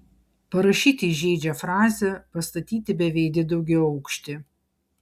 parašyti įžeidžią frazę pastatyti beveidį daugiaaukštį